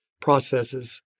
processes